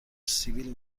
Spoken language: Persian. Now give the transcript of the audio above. سیبیل